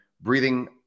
breathing